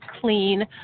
clean